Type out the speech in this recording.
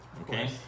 Okay